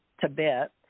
tibet